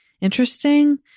interesting